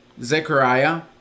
Zechariah